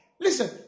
Listen